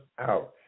out